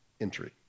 entry